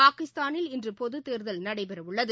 பாகிஸ்தானில் இன்று பொதுத் தேர்தல் நடைபெற உள்ளது